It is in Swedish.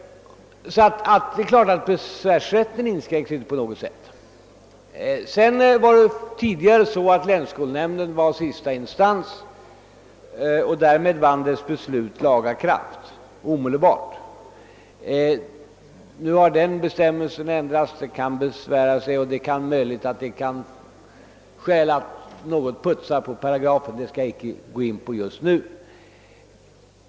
Besvärsrätten är alltså inte på något sätt inskränkt. Tidigare var länsskolnämnden sista instans och därmed vann dess beslut laga kraft. Nu har denna bestämmelse ändrats så att besvär kan anföras över länsskolnämndens beslut. Det är möjligt att det kan finnas skäl att något putsa på paragrafen i fråga, men det skall jag icke gå in på just nu.